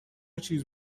چیز